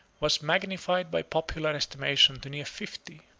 was magnified by popular estimation to near fifty,